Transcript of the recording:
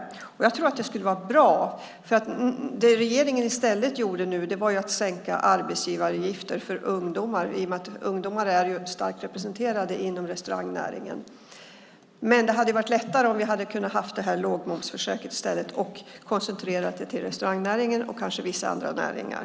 Jag tror att det skulle vara bra. Det som regeringen i stället gjorde var att sänka arbetsgivaravgifter för ungdomar. Ungdomar är ju starkt representerade inom restaurangnäringen. Det hade varit lättare om vi hade kunnat ha lågmomsförsöket i stället och kunnat koncentrera det till restaurangnäringen och kanske vissa andra näringar.